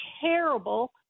terrible